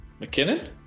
McKinnon